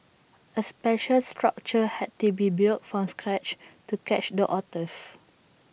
A special structure had to be built from scratch to catch the otters